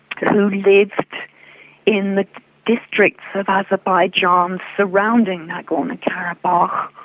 kind of who lived in the districts of azerbaijan surrounding nagorno-karabakh,